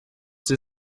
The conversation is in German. sie